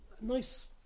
nice